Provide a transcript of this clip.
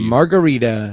Margarita